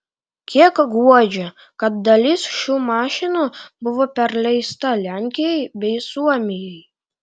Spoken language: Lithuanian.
kiek guodžia kad dalis šių mašinų buvo perleista lenkijai bei suomijai